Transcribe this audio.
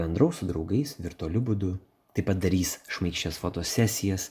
bendraus su draugais virtualiu būdu taip padarys šmaikščias fotosesijas